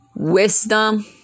wisdom